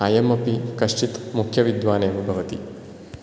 अयमपि कश्चित् मुख्यविद्वान् एव भवति